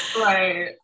Right